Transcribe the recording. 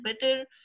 better